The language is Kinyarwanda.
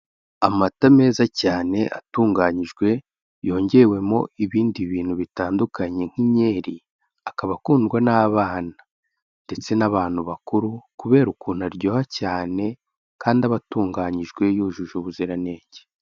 Amata meza cyane atunganyijwe, yongewemo ibindi bintu bitandukanye nk'inkeri, akaba akundwa n'abana, ndetse n'abantu bakuru, kubera ukuntu aryoha cyane, kandi aba atunganyijwe yujuje ubuziranenge.